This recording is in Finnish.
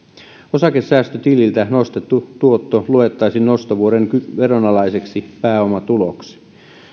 osakesäästötililtä nostettu tuotto luettaisiin nostovuoden veronalaiseksi pääomatuloksi